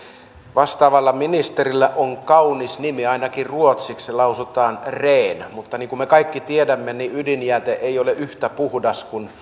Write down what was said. vastaavalla ministerillä on kaunis nimi ainakin ruotsiksi se lausutaan ren mutta niin kuin me kaikki tiedämme ydinjäte ei ole yhtä puhdas kuin